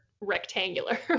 rectangular